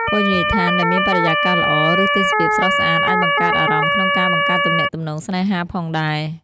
ភោជនីយដ្ឋានដែលមានបរិយាកាសល្អ ឬទេសភាពស្រស់ស្អាត អាចបង្កើតអារម្មណ៍ក្នុងការបង្កើតទំនាក់ទំនងស្នេហាផងដែរ។